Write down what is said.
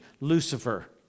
Lucifer